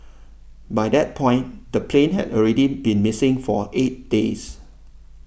by that point the plane had already been missing for eight days